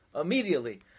immediately